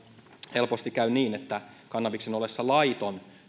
helposti käy niin että kannabiksen ollessa laiton